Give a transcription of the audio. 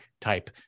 type